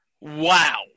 Wow